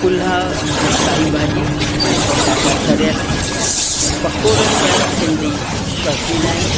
पुलाउ ऐं साई भाॼी ऐं पटाटा तरियलु पकोड़नि जा सिंधी शौक़ीन आहियूं